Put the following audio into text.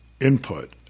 input